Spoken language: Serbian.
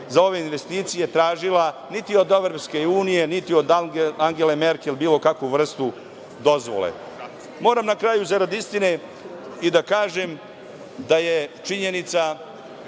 za ove investicije tražila niti od EU, niti od Angele Merkel bilo kakvu vrstu dozvole. Moram na kraju, zarad istine, da kažem da je činjenica